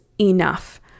enough